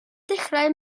dechrau